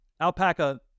Alpaca